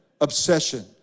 obsession